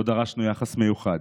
לא דרשנו יחס מיוחד,